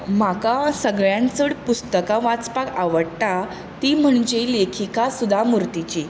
म्हाका सगळ्यान चड पुस्तकां वाचपाक आवडटा तीं म्हणजे लेखिका सुधा मुर्तीचीं